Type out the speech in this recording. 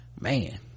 man